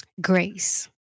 grace